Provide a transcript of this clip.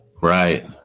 Right